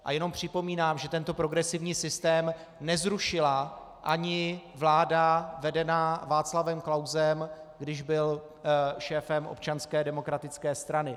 A jenom připomínám, že tento progresivní systém nezrušila ani vláda vedená Václavem Klausem, když byl šéfem Občanské demokratické strany.